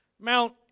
Mount